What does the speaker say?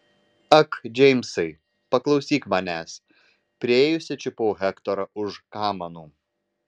ak džeimsai paklausyk manęs priėjusi čiupau hektorą už kamanų